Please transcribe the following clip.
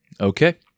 okay